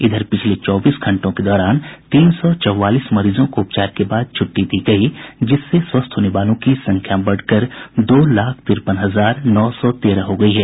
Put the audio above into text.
इधर पिछले चौबीस घंटों के दौरान तीन सौ चौवालीस मरीजों को उपचार के बाद छूट़टी दी गयी जिससे स्वस्थ होने वालों की संख्या बढ़कर दो लाख तिरपन हजार नौ सौ तेरह हो गयी है